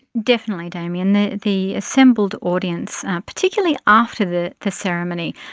definitely damien. the the assembled audience, particularly after the the ceremony,